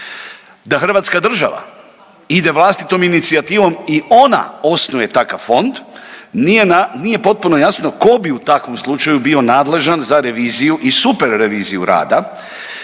Da Hrvatska država ide vlastitom inicijativom i ona osnuje takav fond nije potpuno jasno tko bi u takvom slučaju bio nadležan za reviziju i superreviziju rada